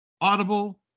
Audible